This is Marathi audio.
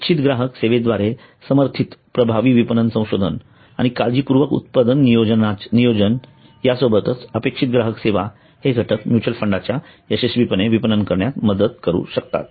इच्छित ग्राहक सेवेद्वारे समर्थित प्रभावी विपणन संशोधन आणि काळजीपूर्वक उत्पादन नियोजन या सोबत अपेक्षित ग्राहक सेवा हे घटक म्युच्युअल फंडांचे यशस्वीपणे विपणन करण्यात मदत करू शकतात